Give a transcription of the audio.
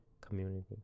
community